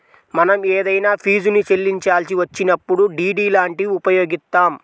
మనం ఏదైనా ఫీజుని చెల్లించాల్సి వచ్చినప్పుడు డి.డి లాంటివి ఉపయోగిత్తాం